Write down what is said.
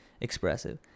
expressive